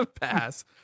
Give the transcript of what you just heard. Pass